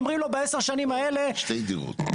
ואומרים לו שבעשר השנים האלה --- שתי דירות.